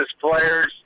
players